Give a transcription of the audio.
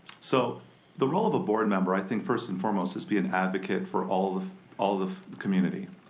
so the role of a board member, i think, first and foremost, is be an advocate for all the all the community.